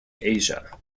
asia